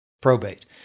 probate